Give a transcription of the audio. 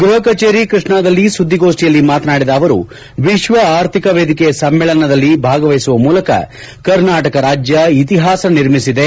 ಗೃಹ ಕಚೇರಿ ಕೃಷ್ಣಾದಲ್ಲಿ ಸುಧ್ಲಿಗೋಷ್ನಿಯಲ್ಲಿ ಮಾತನಾಡಿದ ಅವರು ವಿಶ್ವ ಆರ್ಥಿಕ ವೇದಿಕೆ ಸಮ್ನೇಳನದಲ್ಲಿ ಭಾಗವಹಿಸುವ ಮೂಲಕ ಕರ್ನಾಟಕ ರಾಜ್ಯ ಇತಿಹಾಸ ನಿರ್ಮಿಸಿದೆ